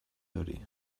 hori